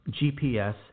GPS